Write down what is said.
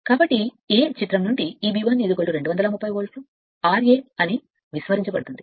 కాబట్టి చిత్రం నుండి Eb 1 230 వోల్ట్ ra అని నిర్లక్ష్యం చేయబడుతుంది